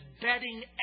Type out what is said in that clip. betting